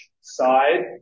side